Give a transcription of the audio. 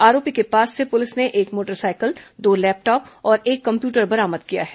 आरोपी के पास से पुलिस ने एक मोटरसाइकिल दो लैपटॉप और एक कम्प्यूटर बरामद किया है